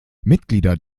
mitglieder